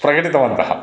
प्रकटितवन्तः